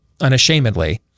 unashamedly